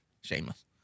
Shameless